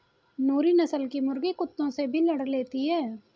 नूरी नस्ल की मुर्गी कुत्तों से भी लड़ लेती है